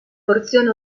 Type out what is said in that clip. porzione